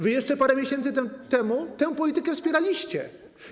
Wy jeszcze parę miesięcy temu tę politykę wspieraliście.